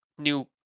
new